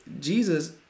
Jesus